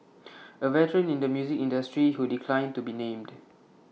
A veteran in the music industry who declined to be named